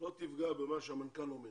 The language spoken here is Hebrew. לא תפגע במה שהמנכ"ל אומר,